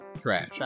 Trash